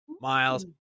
miles